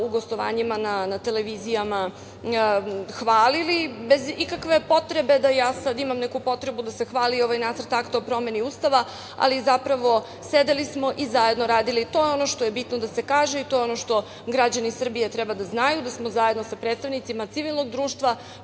u gostovanjima na televizijama hvalili bez ikakve potrebe da ja sada imam potrebu da hvalim ovaj nacrt akta o promeni Ustava, ali zapravo sedeli smo i zajedno radili. To je ono bitno da se kaže i ono što građani Srbije treba da znaju je da smo sa predstavnicima civilnog društva,